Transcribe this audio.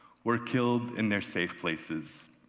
were killed in their safe places.